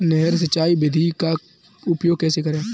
नहर सिंचाई विधि का उपयोग कैसे करें?